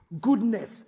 goodness